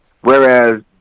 whereas